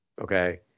okay